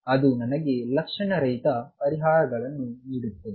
ಅದು ನನಗೆ ಲಕ್ಷಣರಹಿತ ಪರಿಹಾರಗಳನ್ನು ನೀಡುತ್ತದೆ